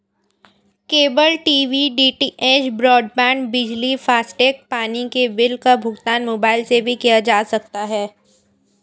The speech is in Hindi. केबल टीवी डी.टी.एच, ब्रॉडबैंड, बिजली, फास्टैग, पानी के बिल का भुगतान मोबाइल से भी किया जा सकता है